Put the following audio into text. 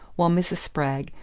while mrs. spragg,